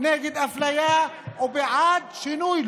נגד אפליה ובעד שינוי,